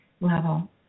level